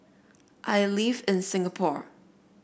I live in Singapore